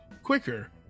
Quicker